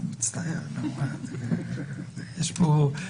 נמצאים אתנו פה עמיתים ועמיתות מהמשרד לביטחון פנים ומשטרת ישראל.